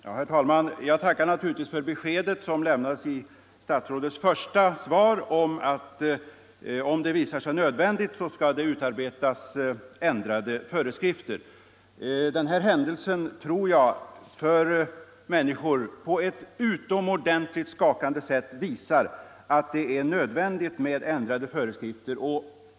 Herr talman! Jag tackar naturligtvis för det besked som lämnades i statsrådets första svar om att ändrade föreskrifter skall utarbetas, om det visar sig nödvändigt. Denna händelse visar för allmänheten på ett - Nr 136 utomordentligt skakande sätt att det är nödvändigt med ändrade före Torsdagen den skrifter.